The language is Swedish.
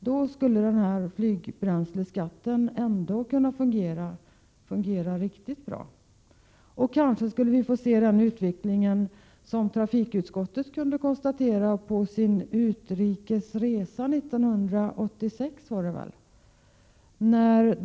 Då skulle flygbränsleskatten ändå kunna fungera riktigt bra. Kanske skulle vi då här i Sverige få se den utveckling som trafikutskottet kunde konstatera på sin utrikesresa 1986, tror jag det var.